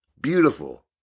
beautiful